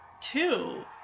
two